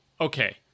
Okay